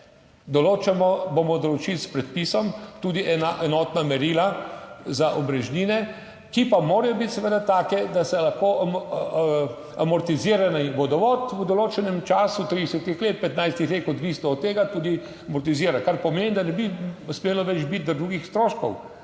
določamo, bomo določili s predpisom tudi ena enotna merila za omrežnine, ki pa morajo biti seveda take, da se lahko amortizira vodovod v določenem času 30 let, 15 let, odvisno od tega, tudi amortizira. Kar pomeni, da ne bi uspelo več biti drugih stroškov,